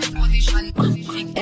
position